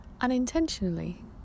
unintentionally